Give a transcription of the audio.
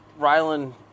Rylan